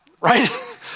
right